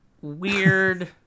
weird